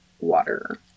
water